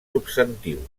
substantius